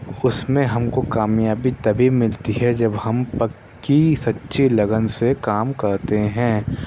اُس میں ہم کو کامیابی تبھی ملتی ہے جب ہم پکی سچی لگن سے کام کرتے ہیں